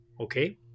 okay